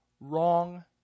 Wrong